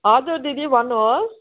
हजुर दिदी भन्नुहोस्